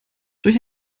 durch